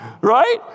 right